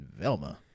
Velma